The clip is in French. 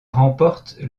remporte